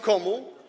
Komu?